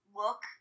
look